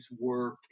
work